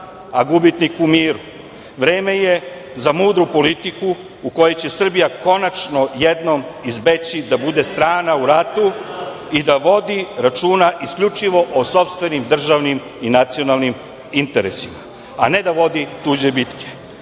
a gubitnik u miru. Vreme je za mudru politiku u kojoj će Srbija konačno jednom izbeći da bude strana u ratu i da vodi računa isključivo o sopstvenim državnim i nacionalnim interesima, a ne da vodi tuđe bitke.